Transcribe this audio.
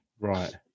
Right